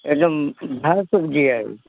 একদম ভাল চব্জি আৰু